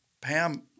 Pam